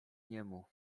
niemu